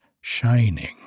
shining